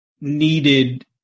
needed